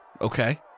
Okay